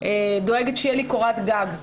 דואגת שתהיה לי קורת גג".